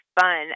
fun